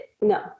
No